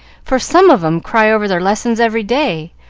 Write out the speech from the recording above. for some of em cry over their lessons every day,